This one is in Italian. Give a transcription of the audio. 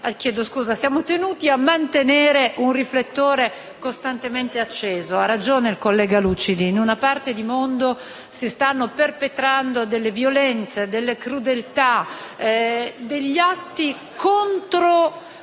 siamo tenuti a mantenere un riflettore costantemente acceso. Ha ragione il collega Lucidi: in una parte del mondo si stanno perpetrando delle violenze, delle crudeltà, degli atti contro